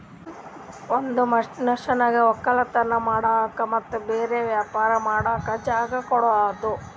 ಒಂದ್ ಮನಷ್ಯಗ್ ವಕ್ಕಲತನ್ ಮಾಡಕ್ ಮತ್ತ್ ಬ್ಯಾರೆ ವ್ಯಾಪಾರ ಮಾಡಕ್ ಜಾಗ ಕೊಡದು